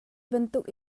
bantuk